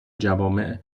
جوامع